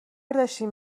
داشتین